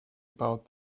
about